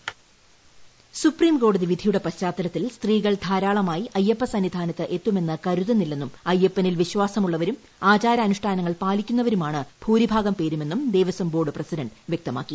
voice സുപ്രീംകോടതി വിധിയുടെ പശ്ചാത്തലത്തിൽ സ്ത്രീകൾ ധാരാളമായി അയ്യപ്പസന്നിധാനത്ത് എത്തുമെന്ന് കരുതുന്നില്ലെന്നും അയ്യപ്പനിൽ വിശ്വാസമുള്ളവരും ആചാരാനുഷ്ടാനങ്ങൾ പാലിക്കുന്നവരുമാണ് ഭൂരിഭാഗംപേരും എന്നും ദേവസ്വം ബോർഡ് പ്രസിഡൻറ് വൃക്തമാക്കി